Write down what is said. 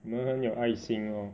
你们很有爱心 lor